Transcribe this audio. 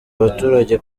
abaturage